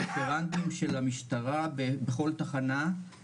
מענים בקהילה אין להם,